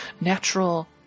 natural